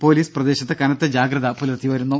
police പ്രദേശത്ത് കനത്ത ജാഗ്രത പുലർത്തി വരുന്നു